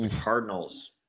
Cardinals